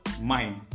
Mind